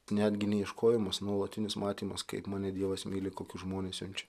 netgi ne ieškojimas o nuolatinis matymas kaip mane dievas myli kokius žmones siunčia